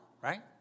right